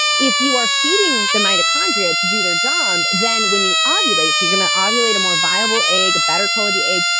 if you are feeding the mitochondria to do their job, then, when you ah ovulate, so you're going to ah ovulate a more viable egg, a better quality egg,